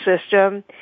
system